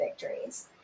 victories